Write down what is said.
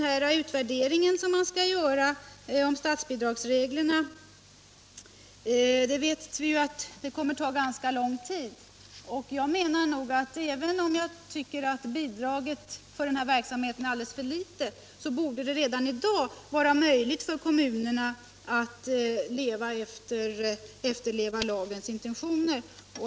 Den utvärdering som man skall göra när det gäller statsbidragsreglerna vet vi kommer att ta ganska lång tid. Även om bidraget för den här verksamheten är alldeles för litet borde det redan i dag vara möjligt för kommunerna att efterleva lagens intentioner.